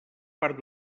part